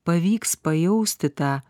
pavyks pajausti tą